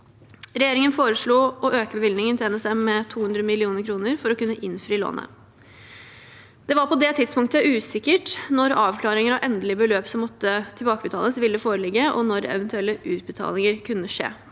Regjeringen foreslo å øke bevilgningen til NSM med 200 mill. kr for å kunne innfri lånet. Det var på det tidspunktet usikkert når avklaringen av endelig beløp som måtte tilbakebetales, ville foreligge, og når eventuelle utbetalinger kunne skje.